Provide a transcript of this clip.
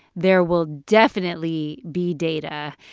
there will definitely be data.